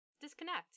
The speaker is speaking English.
Disconnect